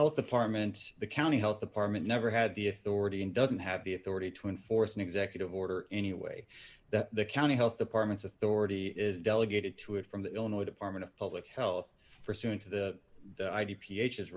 health department the county health department never had the authority and doesn't have the authority to enforce an executive order any way that the county health departments authority is delegated to it from the illinois department of public health pursuant to the